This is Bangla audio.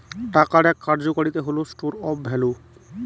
টাকার এক কার্যকারিতা হল স্টোর অফ ভ্যালু